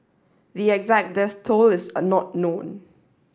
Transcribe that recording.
the exact death toll is not known